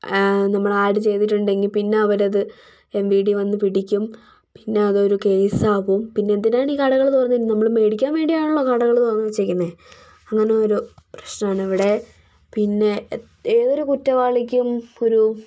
നമ്മൾ ആഡ് ചെയ്തിട്ടുണ്ടെങ്കിൽ പിന്നെ അവരത് എം വി ഡി വന്നു പിടിക്കും പിന്നെ അതൊരു കേസാകും പിന്നെ എന്തിനാണ് ഈ കടകൾ തുറന്നിന് നമ്മൾ മേടിക്കാൻ വേണ്ടിയാണല്ലോ കടകൾ തുറന്നു വച്ചേക്കുന്നത് അങ്ങനെയോരോ പ്രശ്നമാണ് ഇവിടെ പിന്നെ ഏതൊരു കുറ്റവാളിയ്ക്കും ഒരു